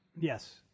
Yes